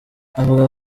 avuga